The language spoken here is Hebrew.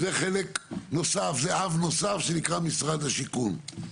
זה חלק נוסף, זה אב נוסף שנקרא משרד השיכון.